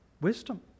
wisdom